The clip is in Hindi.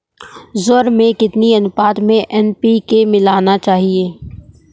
ज्वार में कितनी अनुपात में एन.पी.के मिलाना चाहिए?